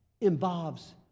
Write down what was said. involves